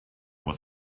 was